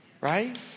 right